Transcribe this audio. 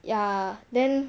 ya then